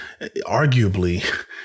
arguably